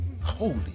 Holy